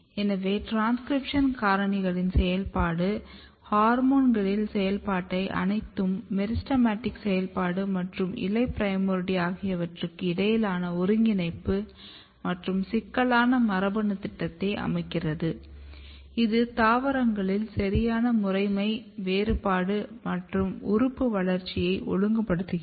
எனவே டிரான்ஸ்கிரிப்ஷன் காரணிகளின் செயல்பாடு ஹார்மோன்களின் செயல்பாடு அனைத்தும் மெரிஸ்டெமடிக் செயல்பாடு மற்றும் இலை பிரைமோர்டியா ஆகியவற்றுக்கு இடையிலான ஒருங்கிணைப்பு மற்றும் சிக்கலான மரபணு திட்டத்தை அமைக்கிறது இது தாவரங்களில் சரியான முறைமை வேறுபாடு மற்றும் உறுப்பு வளர்ச்சியை ஒழுங்குபடுத்துகிறது